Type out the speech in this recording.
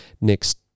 next